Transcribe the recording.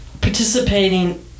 participating